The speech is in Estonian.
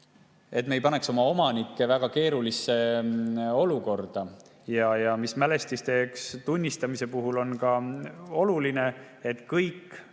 et me ei paneks omanikke väga keerulisse olukorda. Mälestiseks tunnistamise puhul on ka oluline, et kõik